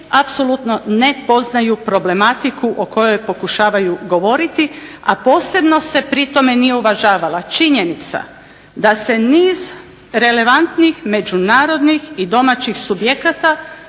apsolutno ne poznaju problematiku o kojoj pokušavaju govoriti, a posebno se pri tome nije uvažavala činjenica da se niz relevantnih međunarodnih i domaćih subjekata,